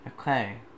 Okay